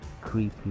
creepy